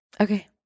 Okay